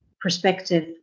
perspective